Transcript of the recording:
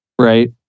right